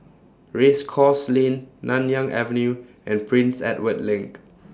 Race Course Lane Nanyang Avenue and Prince Edward LINK